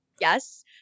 Yes